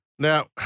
Now